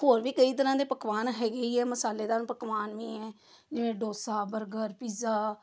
ਹੋਰ ਵੀ ਕਈ ਤਰ੍ਹਾਂ ਦੇ ਪਕਵਾਨ ਹੈਗੇ ਹੀ ਆ ਮਸਾਲੇਦਾਰ ਪਕਵਾਨ ਵੀ ਹੈ ਜਿਵੇਂ ਡੋਸਾ ਬਰਗਰ ਪੀਜ਼ਾ